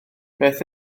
beth